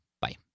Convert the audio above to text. Bye